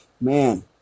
man